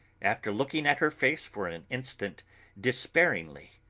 after looking at her face for an instant despairingly,